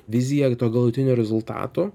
vizija tuo galutiniu rezultatu